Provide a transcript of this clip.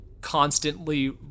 constantly